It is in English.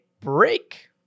break